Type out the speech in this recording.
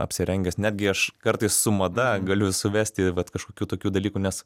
apsirengęs negi aš kartais su mada galiu suvesti vat kažkokių tokių dalykų nes